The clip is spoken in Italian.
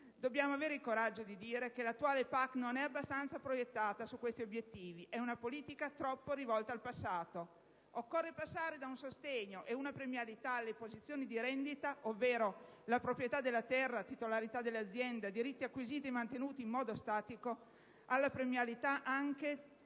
Dobbiamo avere il coraggio di dire che l'attuale PAC non è abbastanza proiettata su questi obiettivi, che è una politica troppo rivolta al passato. Occorre passare da una politica di sostegno e di premialità alle posizioni di rendita (ovvero la proprietà della terra, la titolarità dell'azienda, i diritti acquisiti e mantenuti in modo statico) alla concessione